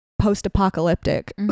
post-apocalyptic